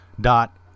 dot